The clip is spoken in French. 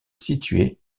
située